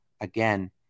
again